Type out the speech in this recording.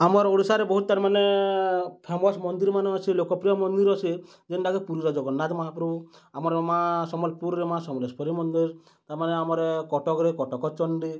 ଆମର୍ ଓଡ଼ିଶାରେ ବହୁତ୍ ତାର୍ମାନେ ଫେମସ୍ ମନ୍ଦିର୍ମାନେ ଅଛେ ଲୋକପ୍ରିୟ ମନ୍ଦିର୍ ଅଛେ ଯେନ୍ଟାକି ପୁରୀର ଜଗନ୍ନାଥ ମହାପ୍ରଭୁ ଆମର୍ ମାଁ ସମ୍ବଲପୁରରେ ମାଁ ସମ୍ବଲେଶ୍ୱରୀ ମନ୍ଦିର୍ ତାମାନେ ଆମର୍ କଟକ୍ରେ କଟକଚଣ୍ଡୀ